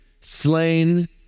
slain